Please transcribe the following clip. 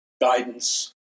guidance